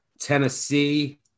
Tennessee